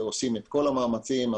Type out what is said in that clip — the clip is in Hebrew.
ועושים את כל המאמצים.